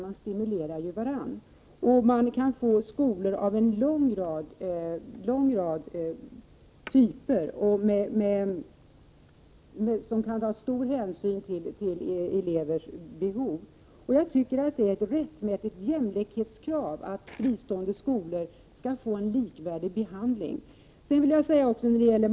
De stimulerar varandra, och man kan få skolor av en lång rad typer som kan ta stor hänsyn till elevers behov. Jag tycker att det är ett rättmätigt jämlikhetskrav att fristående skolor skall få en likvärdig behandling.